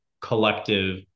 collective